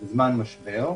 בזמן משבר,